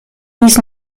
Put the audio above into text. dies